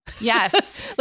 Yes